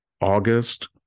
August